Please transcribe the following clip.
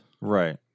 Right